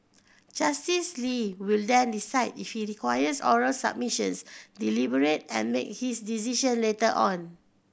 Justice Lee will then decide if he requires oral submissions deliberate and make his decision later on